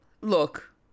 look